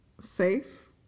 safe